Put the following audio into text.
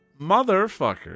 motherfucker